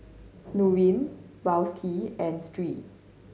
Nurin Balqis and Sri